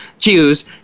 cues